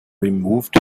removed